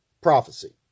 prophecy